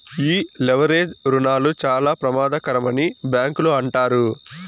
ఈ లెవరేజ్ రుణాలు చాలా ప్రమాదకరమని బ్యాంకులు అంటారు